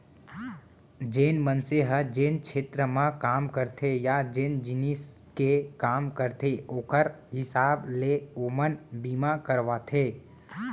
जेन मनसे ह जेन छेत्र म काम करथे या जेन जिनिस के काम करथे ओकर हिसाब ले ओमन बीमा करवाथें